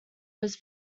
was